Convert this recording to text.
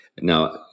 Now